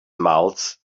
mouths